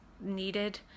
needed